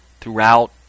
throughout